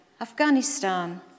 Afghanistan